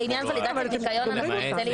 וכולי וכולי.